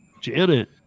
Janet